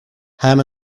ham